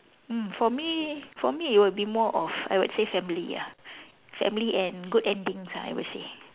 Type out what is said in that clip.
mm for me for me it will be more of I would say family ah family and good endings ah I would say